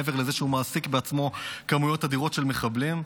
מעבר לזה שהוא מעסיק בעצמו כמויות אדירות של מחבלים?